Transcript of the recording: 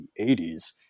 80s